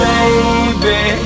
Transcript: Baby